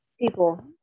people